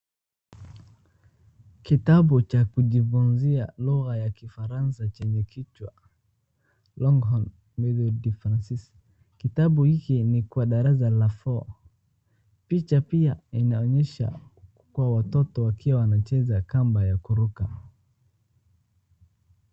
Kitabu cha kujifunzia lugha ya kifasara chenye kichwa Longhorn Methode de Francais . Kitabu hiki ni kwa darasa la four . Picha pia inaonyesha kuwa watoto wakiwa wanacheza kamba ya kuruka.